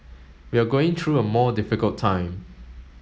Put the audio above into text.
we are going through a more difficult time